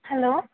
hello